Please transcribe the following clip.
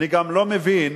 אני גם לא מבין